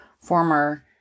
former